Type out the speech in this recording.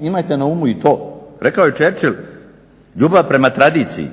imajte na umu i to. Rekao je Churchill ljubav prema tradiciji